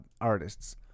artists